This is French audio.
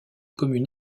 commune